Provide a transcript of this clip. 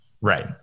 Right